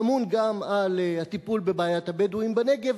האמון גם על הטיפול בבעיית הבדואים בנגב,